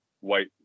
white